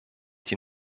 die